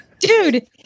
Dude